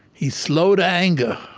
he's slow to anger.